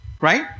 Right